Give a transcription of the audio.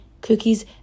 cookies